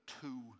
two